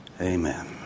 amen